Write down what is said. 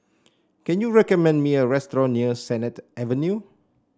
can you recommend me a restaurant near Sennett Avenue